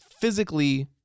physically